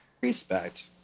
Respect